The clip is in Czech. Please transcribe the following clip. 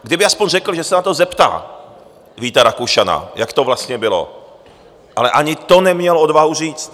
Kdyby alespoň řekl, že se na to zeptá Víta Rakušana, jak to vlastně bylo, ale ani to neměl odvahu říct.